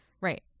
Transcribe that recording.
Right